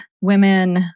women